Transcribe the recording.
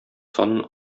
санын